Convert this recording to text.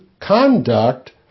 conduct